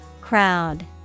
Crowd